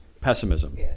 pessimism